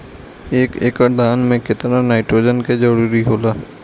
एक एकड़ धान मे केतना नाइट्रोजन के जरूरी होला?